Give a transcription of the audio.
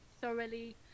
thoroughly